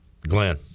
Glenn